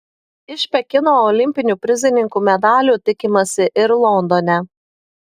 iš pekino olimpinių prizininkų medalių tikimasi ir londone